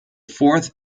fourth